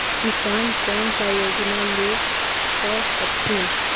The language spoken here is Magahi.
किसान कोन सा योजना ले स कथीन?